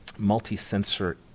multi-sensor